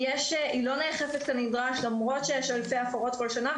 היא לא נאכפת כנדרש למרות שיש אלפי הפרות כל שנה,